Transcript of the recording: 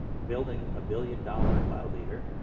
building a billion dollar cloud leader,